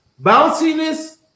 Bounciness